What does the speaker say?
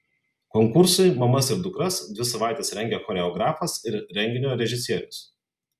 konkursui mamas ir dukras dvi savaites rengė choreografas ir renginio režisierius